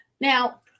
Now